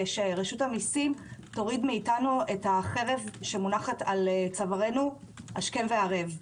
ושרשות המסים תוריד מאיתנו את החרב המונחת על צווארנו השכם והערב.